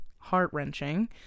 Heart-wrenching